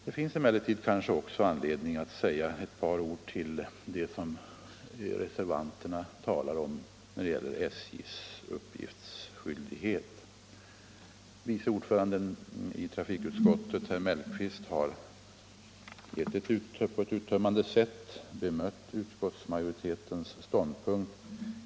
Det finns emellertid också anledning att säga ett par ord om reservanternas uppfattning när det gäller SJ:s uppgiftsskyldighet. Vice ordföranden i trafikutskottet herr Mellqvist har på ett uttömmande sätt bemött utskottsmajoritetens ståndpunkt.